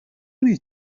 many